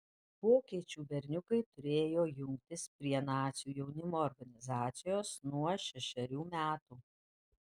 vokiečių berniukai turėjo jungtis prie nacių jaunimo organizacijos nuo šešerių metų